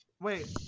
Wait